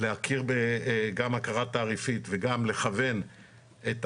שהכרת התעריפים וגם לכוון את